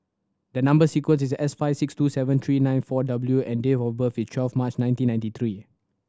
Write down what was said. the number sequence is S five six two seven three nine four W and date of birth is twelve March nineteen ninety three